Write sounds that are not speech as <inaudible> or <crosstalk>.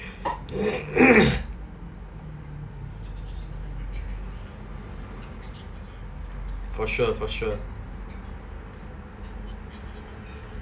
<noise> for sure for sure